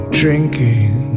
drinking